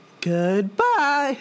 Goodbye